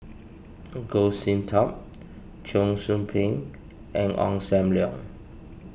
Goh Sin Tub Cheong Soo Pieng and Ong Sam Leong